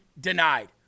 denied